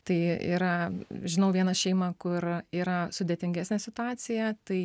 tai yra žinau vieną šeimą kur yra sudėtingesnė situacija tai